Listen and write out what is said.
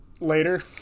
later